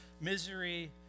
misery